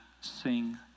sing